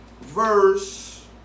Verse